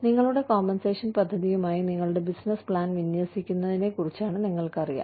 നിങ്ങളുടെ കോമ്പൻസേഷൻ പദ്ധതിയുമായി നിങ്ങളുടെ ബിസിനസ്സ് പ്ലാൻ വിന്യസിക്കുന്നതിനെക്കുറിച്ച് നിങ്ങൾക്കറിയാം